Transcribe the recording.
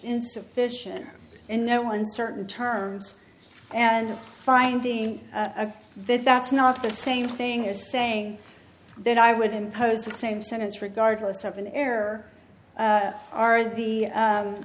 insufficient in no uncertain terms and finding that that's not the same thing as saying that i would impose the same sentence regardless of an error are the